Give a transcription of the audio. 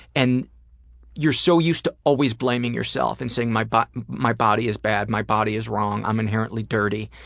and you're so used to always blaming yourself and saying my but my body is bad, my body is wrong, i'm inherently dirty.